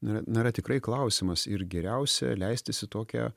na na yra tikrai klausimas ir geriausia leistis į tokią